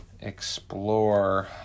explore